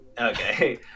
okay